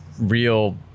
real